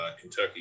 Kentucky